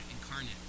incarnate